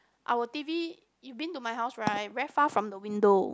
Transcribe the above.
our T_V you've been to my house right very far from the window